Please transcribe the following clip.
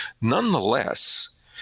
Nonetheless